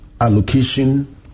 allocation